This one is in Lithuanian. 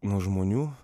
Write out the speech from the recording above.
nuo žmonių